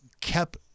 kept